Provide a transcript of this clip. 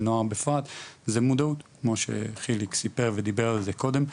נוער בפרט זה מודעות כמו שחיליק סיפר ודיבר על זה קודם,